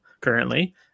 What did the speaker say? currently